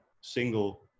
single